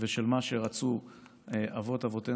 ושל מה שרצו אבות-אבותינו,